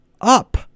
up